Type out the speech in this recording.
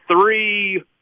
three